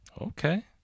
Okay